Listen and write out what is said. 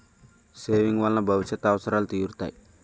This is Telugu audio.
సేవింగ్ వలన భవిష్యత్ అవసరాలు తీరుతాయి